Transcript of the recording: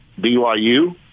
BYU